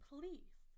Please